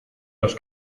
los